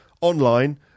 online